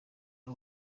w’u